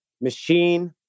Machine